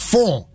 Four